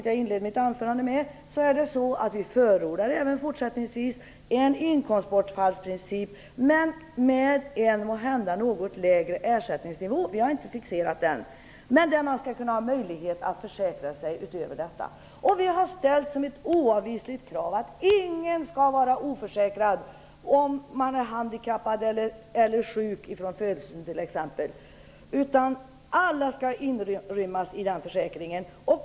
Jag inledde mitt anförande med att vi från moderat sida förordar även fortsättningsvis en inkomstbortfallsprincip, men med en måhända något lägre ersättningsnivå - den har vi ännu inte fixerat. Sedan skall man ha möjlighet att försäkra sig utöver detta. Vårt oavvisliga krav är att ingen skall vara oförsäkrad, om man t.ex. är sjuk eller handikappad från födseln. Alla skall inrymmas i denna försäkring.